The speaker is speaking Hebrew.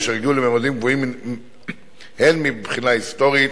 אשר הגיעו לממדים גבוהים הן מבחינה היסטורית